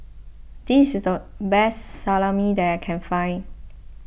this is the best Salami that I can find